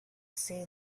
say